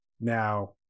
Now